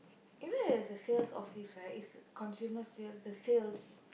even if there is a sales office right it's consumers sales the sales